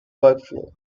workflow